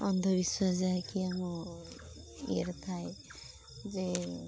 ଅନ୍ଧବିଶ୍ୱାସ ଯାହାକି ଆମ ଇଏରେ ଥାଏ ଯେ